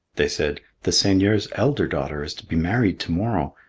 they said, the seigneur's elder daughter is to be married to-morrow,